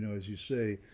as you say,